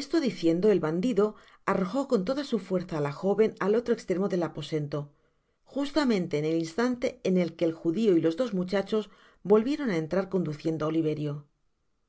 esto diciendo el bandido arrojo con toda su fuerza á la joven al otro estremo del aposento justamente en el instante en que el judio y los dos muchachos volvieron á entrar conduciendo